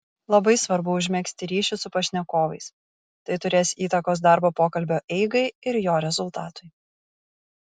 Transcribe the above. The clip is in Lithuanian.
labai svarbu užmegzti ryšį su pašnekovais tai turės įtakos darbo pokalbio eigai ir jo rezultatui